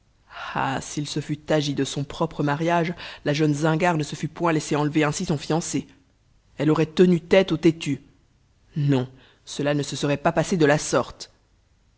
ah s'il se fût agi de son propre mariage la jeune zingare ne se fût point laissé enlever ainsi son fiancé elle aurait tenu tête au têtu non cela ne se serait pas passé de la sorte